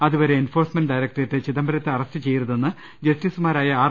അതുവരെ enforcement directorate ചിദംബരത്തെ arrest ചെയ്യരുതെന്ന് ജസ്റ്റിസുമാരായ ആർ